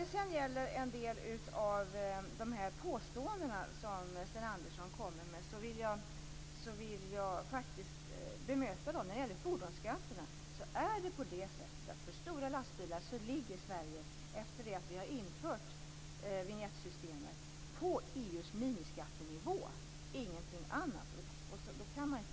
Jag vill bemöta en del av Sten Anderssons påståenden. När det gäller fordonsskatterna för stora lastbilar ligger Sverige efter att vi har infört Eurovinjettsystemet på EU:s miniskattenivå, ingenting annat.